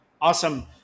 Awesome